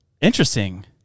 Interesting